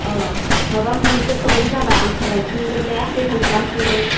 अ माबा मोनसे प्रब्लेम जाबा आं सोलायफिनगोन दे रिर्टान खालामफिनगोन